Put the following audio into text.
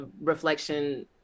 reflection